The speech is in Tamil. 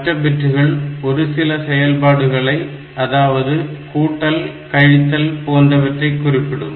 மற்ற பிட்டுகள் ஒருசில செயல்பாடுகளை அதாவது கூட்டல் கழித்தல் போன்றவற்றை குறிப்பிடும்